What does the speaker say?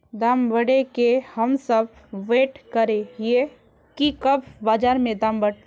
दाम बढ़े के हम सब वैट करे हिये की कब बाजार में दाम बढ़ते?